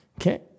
Okay